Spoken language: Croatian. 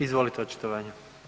Izvolite očitovanje.